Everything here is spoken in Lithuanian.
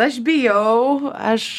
aš bijau aš